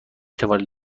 توانید